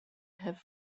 have